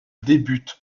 débutent